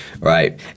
Right